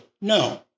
no